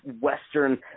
western